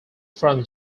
from